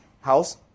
house